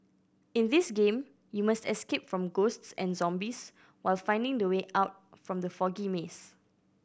in this game you must escape from ghosts and zombies while finding the way out from the foggy maze